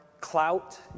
clout